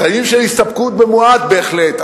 חיים של הסתפקות במועט בהחלט.